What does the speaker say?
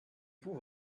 vous